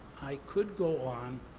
i could go on,